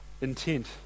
intent